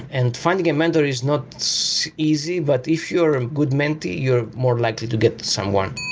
and finding a mentor is not so easy, but if you're a good mentee, you're more likely to get someone.